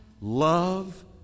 love